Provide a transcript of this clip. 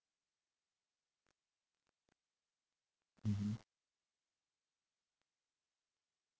mmhmm